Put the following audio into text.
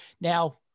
Now